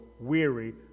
weary